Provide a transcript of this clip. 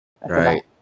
Right